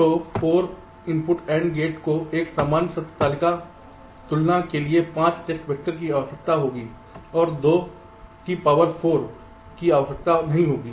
तो 4 input AND gate को एक सामान्य सत्य तालिका तुलना के लिए 5 टेस्ट वैक्टर की आवश्यकता नहीं होगी और 2 की पावर 4 की आवश्यकता नहीं होगी